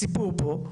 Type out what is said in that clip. הסיפור פה,